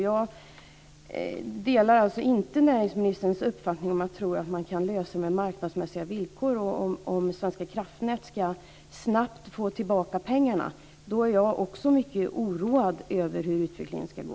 Jag delar alltså inte näringsministerns uppfattning om han tror att man kan lösa det här på marknadsmässiga villkor och att Svenska kraftnät snabbt ska få tillbaka pengarna. Då är jag också mycket oroad för hur utvecklingen ska gå.